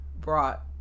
brought